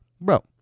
bro